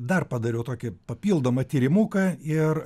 dar padariau tokį papildomą tyrimuką ir